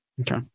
Okay